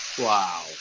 Wow